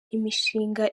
imishinga